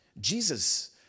Jesus